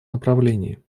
направлении